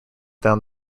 down